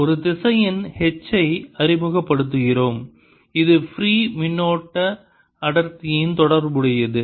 ஒரு திசையன் H ஐ அறிமுகப்படுத்துகிறோம் இது ஃப்ரீ மின்னோட்ட அடர்த்தியுடன் தொடர்புடையது